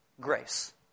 Grace